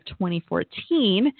2014